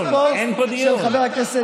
הנתונים חבר הכנסת